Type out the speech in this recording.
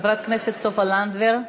חברת הכנסת סופה לנדבר,